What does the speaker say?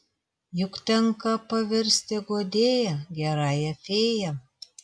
juk tenka pavirsti guodėja gerąją fėja